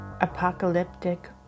Apocalyptic